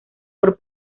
por